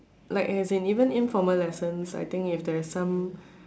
like as in even informal lesson I think if there is some